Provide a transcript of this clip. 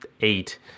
eight